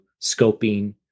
scoping